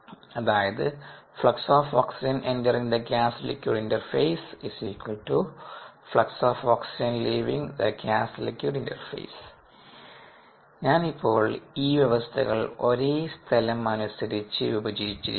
അതായത് flux of oxygen entering the gas liquid interface flux of oxygen leaving the gas liquid interface ഞാൻ ഇപ്പോൾ ഈ വ്യവസ്ഥകൾ ഒരേ സ്ഥലം അനുസരിച്ച് വിഭജിച്ചിരിക്കുന്നു